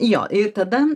jo ir tada